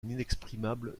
inexprimable